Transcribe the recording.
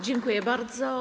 Dziękuję bardzo.